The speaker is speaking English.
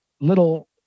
little